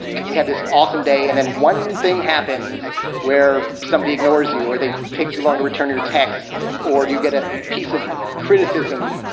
and we have this awesome day and then one thing happens where somebody ignores you are they take too long to return your text or you get a piece of criticism,